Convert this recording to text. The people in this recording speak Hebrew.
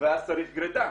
ואז צריך גרידה.